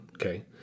okay